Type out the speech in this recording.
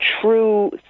true